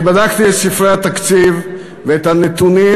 אני בדקתי את ספרי התקציב ואת הנתונים,